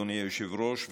אדוני היושב-ראש,